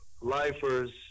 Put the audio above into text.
lifers